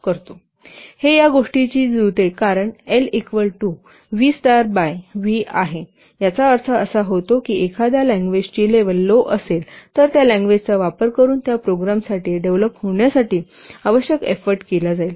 हे या गोष्टीशी जुळते कारण L equal to V star by V आहे याचा अर्थ असा होतो की एखाद्या लँग्वेजची लेव्हल लो असेल तर त्या लँग्वेजचा वापर करुन त्या प्रोग्रामसाठी डेव्हलोप होण्यासाठी आवश्यक एफोर्ट केला जाईल